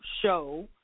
show